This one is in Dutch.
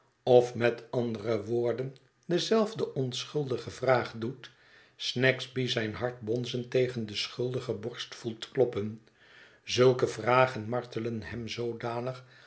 of met andere woorden dezelfde onschuldige vraag doet snagsby zijn hart bonzend tegen de schuldige borst voelt kloppen zulke vragen martelen hem zoodanig